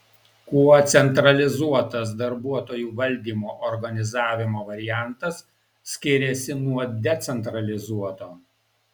kuo centralizuotas darbuotojų valdymo organizavimo variantas skiriasi nuo decentralizuoto